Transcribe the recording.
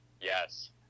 Yes